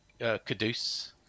Caduce